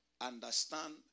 understand